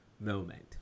moment